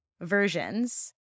versions